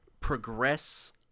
progress